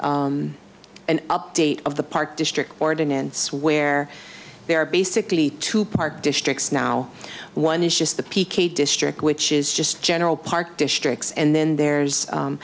an update of the park district ordinance where there are basically two park districts now one is just the p k district which is just general park districts and then there's